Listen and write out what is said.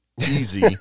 easy